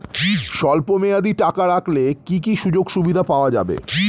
স্বল্পমেয়াদী টাকা রাখলে কি কি সুযোগ সুবিধা পাওয়া যাবে?